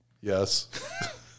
yes